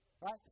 right